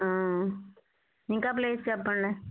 ఇంకా ప్లేస్ చెప్పండి